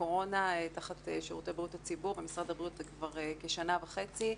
הקורונה תחת שירותי בריאות הציבור במשרד הבריאות כבר כשנה וחצי,